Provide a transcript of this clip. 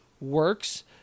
works